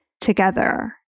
together